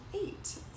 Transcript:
eight